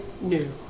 new